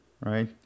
Right